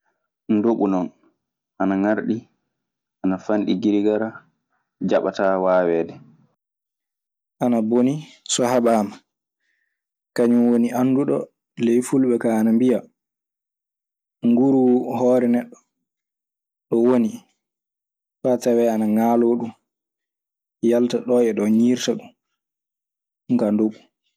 Ndoɓu non, ana ŋarɗi, ana fanɗi girigara, jaɓataa waawede, ana boni so haɓaama kañum woni annduɗo. Ley Fulɓe kaa ana mbiya nguru hoore neɗɗo ɗo woni faa tawee ana ŋaaloo ɗum. yalta ɗon e ɗon ñirta ɗum ɗun kaa ndoɓu.